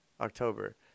October